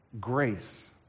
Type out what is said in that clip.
grace